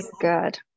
good